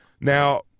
Now